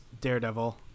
daredevil